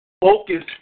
Focus